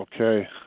Okay